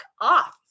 off